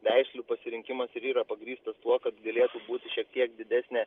veislių pasirinkimas ir yra pagrįstas tuo kad galėtų būti šiek tiek didesnė